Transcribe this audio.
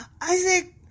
Isaac